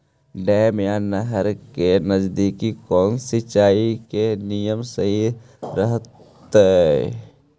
Dam या नहर के नजदीक कौन सिंचाई के नियम सही रहतैय?